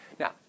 Now